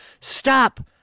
stop